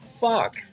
fuck